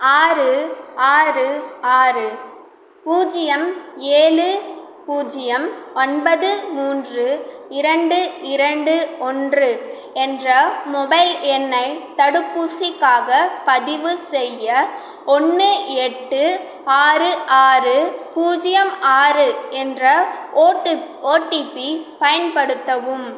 ஆறு ஆறு ஆறு பூஜ்ஜியம் ஏழு பூஜ்ஜியம் ஒன்பது மூன்று இரண்டு இரண்டு ஒன்று என்ற மொபைல் எண்ணை தடுப்பூசிக்காகப் பதிவுசெய்ய ஒன்று எட்டு ஆறு ஆறு பூஜ்ஜியம் ஆறு என்ற ஓடிபி பயன்படுத்தவும்